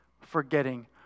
forgetting